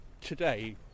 today